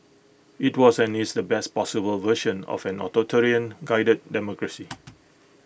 IT was and is the best possible version of an authoritarian guided democracy